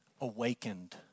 awakened